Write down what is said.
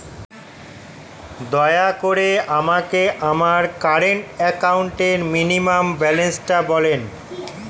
দয়া করে আমাকে আমার কারেন্ট অ্যাকাউন্ট মিনিমাম ব্যালান্সটা বলেন